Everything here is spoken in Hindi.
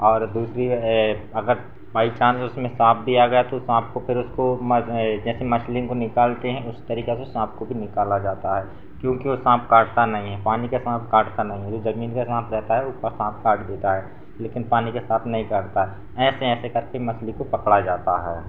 और दूसरी है अगर बाईचान्स उसमें साँप भी आ गया तो साँप को फिर उसको जैसे मछली को निकालते हैं उसी तरीके से साँप को भी निकाला जाता है क्योंकि वह साँप काटता नहीं है पानी का साँप काटता नहीं है जो ज़मीन का साँप रहता है वह साँप काट देता है लेकिन पानी का साँप नहीं काटता है ऐसे ऐसे करके मछली को पकड़ा जाता है